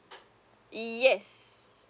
yes